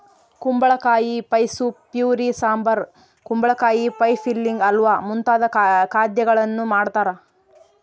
ಕುಂಬಳಕಾಯಿ pie soup puree sambar ಕುಂಬಳಕಾಯಿ pie filling halwa ಮುಂತಾದ ಖಾದ್ಯಗಳನ್ನು ಮಾಡ್ತಾರ